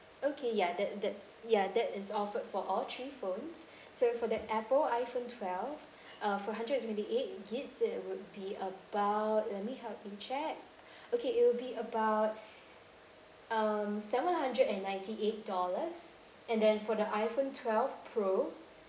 okay ya that that's ya that is offered for all three phones so for the apple iphone twelve uh for hundred and twenty eight gigs it would be about let me help you check okay it will be about um seven hundred and ninety eight dollars and then for the iphone twelve pro